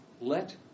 Let